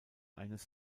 eines